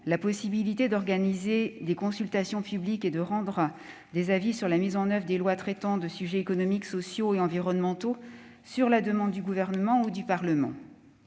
la possibilité d'organiser des consultations publiques et de rendre des avis sur la mise en oeuvre de lois traitant de sujets économiques, sociaux et environnementaux, sur demande du Gouvernement ou du Parlement,